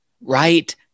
Right